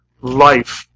life